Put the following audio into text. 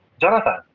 Jonathan